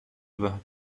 over